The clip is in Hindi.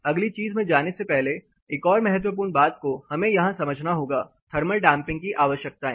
अगली चीज़ में जाने से पहले एक और महत्वपूर्ण बात को हमें यहाँ समझना होगा थर्मल डैंपिंग की आवश्यकताएं